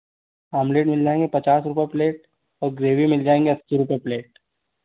omelette मिल जाएँगे पचास रुपये प्लेट और ग्रेवी मिल जाएँगे अस्सी रुपये प्लेट